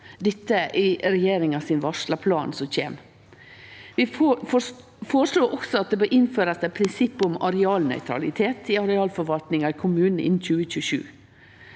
planen regjeringa har varsla skal kome. Vi føreslår også at det bør innførast eit prinsipp om arealnøytralitet i arealforvaltninga i kommunane innan 2027.